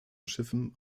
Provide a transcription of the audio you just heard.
schiffen